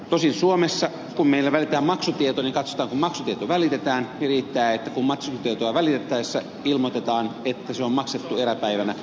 tosin suomessa kun meillä välitetään maksutieto niin katsotaan että se riittää että maksutietoa välitettäessä ilmoitetaan että maksu on maksettu eräpäivänä